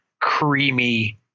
creamy